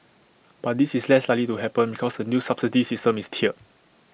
but this is less likely to happen because the new subsidy system is tiered